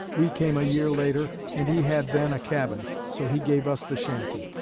we came a year later, and he had then a cabin. so he gave us the shanty.